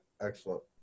excellent